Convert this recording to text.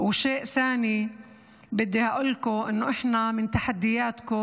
אשר יכולים לראות, כמו שאומרים,